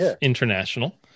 international